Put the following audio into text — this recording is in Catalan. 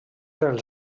els